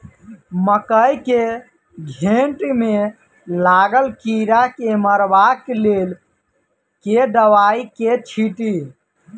मकई केँ घेँट मे लागल कीड़ा केँ मारबाक लेल केँ दवाई केँ छीटि?